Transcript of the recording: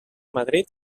madrid